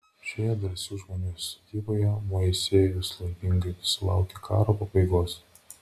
šioje drąsių žmonių sodyboje moisiejus laimingai sulaukė karo pabaigos